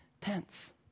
tense